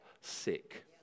sick